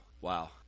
wow